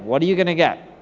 what are you gonna get.